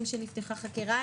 האם כשנפתחה חקירה?